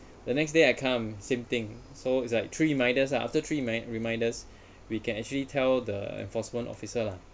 the next day I come same thing so it's like three reminders ah after three remind reminders we can actually tell the enforcement officer lah